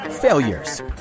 failures